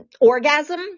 orgasm